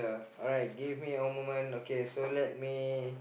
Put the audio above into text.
alright give me a moment okay so let me